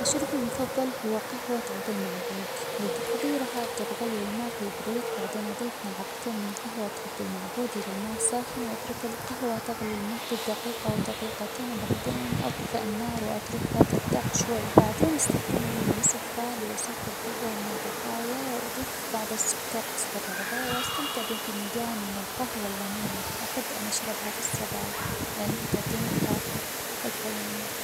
مشروبي المفضل هو قهوة عبد المعبود، لتحضيرها أبدأ بغلي الماء في إبريق بعدين أضيف معلقتين من قهوة عبد المعبود إلى الماء الساخن وأترك القهوة تغلي لمدة دقيقة أو دقيقتين وبعدين أطفأ النار وأتركها ترتاح شوي بعدين أستخدم مصفى ليصفي القهوة من البقايا وأضيف بعض السكر حسب الرغبة وأستمتع بفنجان من القهوة الغنية، وأحب أن أشربها في الصباح لأنها تعطيني الطاقة والحيوية.